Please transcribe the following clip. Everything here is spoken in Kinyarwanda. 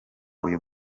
uyu